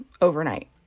overnight